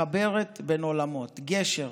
מחברת בין עולמות, גשר.